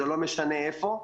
לא משנה איפה,